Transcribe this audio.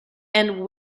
and